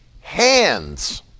hands